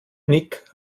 nick